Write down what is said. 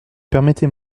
permettez